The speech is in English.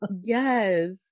Yes